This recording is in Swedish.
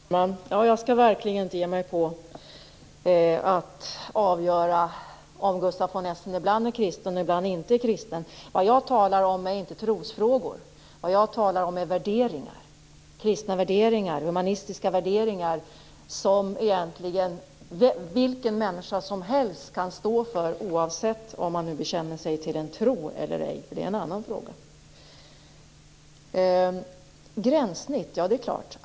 Fru talman! Jag skall verkligen inte ge mig på att avgöra om Gustaf von Essen ibland är kristen och ibland inte. Vad jag talar om är inte trosfrågor, utan kristna och humanistiska värderingar som vilken människa som helst kan stå för oavsett om man bekänner sig till en tro eller ej. Det är nämligen en annan fråga.